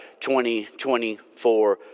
2024